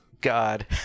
god